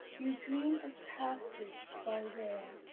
you dream of passage by rail,